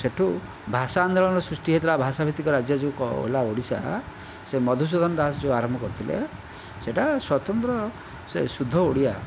ସେଠୁ ଭାଷା ଆନ୍ଦୋଳନ ସୃଷ୍ଟି ହୋଇଥିଲା ଭାଷାଭିତ୍ତିକ ରାଜ୍ୟ ଯେଉଁ କଲା ଓଡ଼ିଶା ସେ ମଧୁସୂଦନ ଦାସ ଯେଉଁ ଆରମ୍ଭ କରିଥିଲେ ସେଇଟା ସ୍ୱତନ୍ତ୍ର ସେ ଶୁଦ୍ଧ ଓଡ଼ିଆ